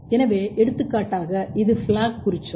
எனவே எடுத்துக்காட்டாக இது FLAG குறிச்சொல்